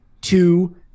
two